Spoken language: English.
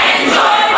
enjoy